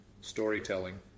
storytelling